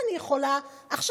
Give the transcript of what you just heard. עכשיו